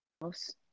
house